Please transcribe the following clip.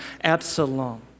Absalom